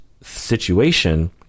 situation